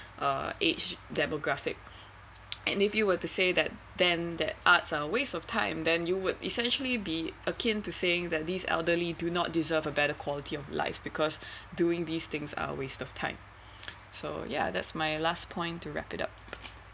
uh age demographic and if you were to say that then that arts are waste of time then you would essentially be akin to saying that these elderly do not deserve a better quality of life because doing these things are waste of time so ya that's my last point to wrap it up